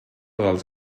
dels